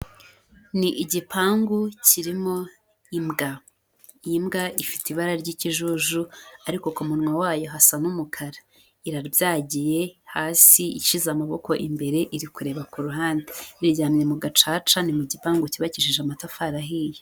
Ni igipangu kirimo imbwa, iyi mbwa ifite ibara ry'ikijuju ariko ku munwa wayo hasa n'umukara, irabyagiye hasi ishyize amaboko imbere iri kureba ku ruhande, iryamye mu gacaca ni mu gipangu cyubakishije amatafari ahiye.